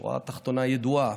השורה התחתונה ידועה,